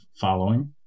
following